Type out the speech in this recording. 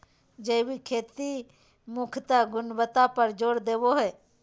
जैविक खेती मुख्यत गुणवत्ता पर जोर देवो हय